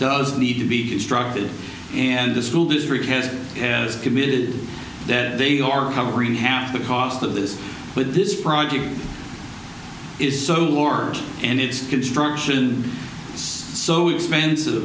does need to be destructed and the school district has committed that they are covering half the cost of this with this project is so lore and its construction so expensive